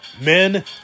men